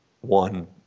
one